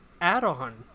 add-on